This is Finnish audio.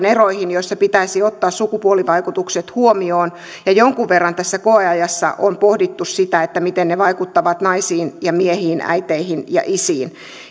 eroihin joissa pitäisi ottaa sukupuolivaikutukset huomioon jonkun verran tässä koeajassa on pohdittu sitä miten ne vaikuttavat naisiin ja miehiin äiteihin ja isiin